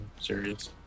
serious